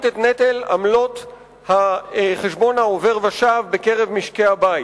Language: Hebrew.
את נטל עמלות חשבון העובר-ושב בקרב משקי-הבית.